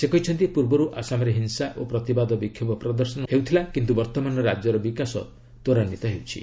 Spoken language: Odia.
ସେ କହିଛନ୍ତି ପୂର୍ବରୁ ଆସାମରେ ହିଂସା ଓ ପ୍ରତିବାଦ ବିକ୍ଷୋଭ ପ୍ରଦର୍ଶନ ହୋଇଥିଲା କିନ୍ତୁ ବର୍ତ୍ତମାନ ରାଜ୍ୟର ବିକାଶ ତ୍ୱରାନ୍ୱିତ ହେଉଛି